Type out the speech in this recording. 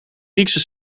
griekse